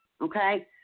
Okay